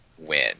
win